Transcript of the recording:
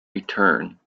return